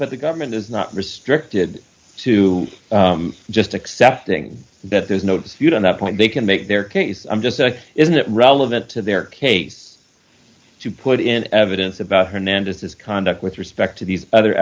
but the government is not restricted to just accepting that there's no dispute on that point they can make their case i'm just a is it relevant to their case to put in evidence about hernandez's conduct with respect to these other